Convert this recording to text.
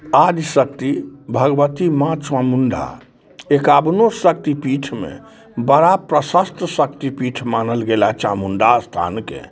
आदिशक्ति भगवती माँ चामुण्डा एकाबनो शक्तिपीठमे बड़ा प्रशस्त शक्तिपीठ मानल गेला चामुण्डा स्थानके